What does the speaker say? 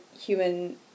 human